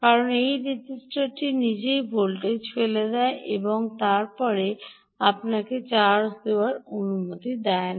কারণ এই রেজিস্টারটি নিজেই ভোল্টেজ ফেলে দেয় এবং তারপরে আপনাকে চার্জ Charge0দেওয়ার অনুমতি দেয় না